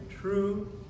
true